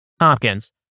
Hopkins